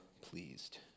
pleased